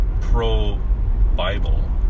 pro-Bible